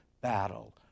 battle